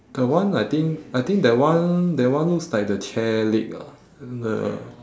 that one I think I think that one that one looks like the chair leg ah then the